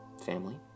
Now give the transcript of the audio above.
family